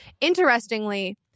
Interestingly